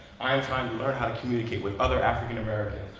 i'm trying to learn how to communicate with other african americans,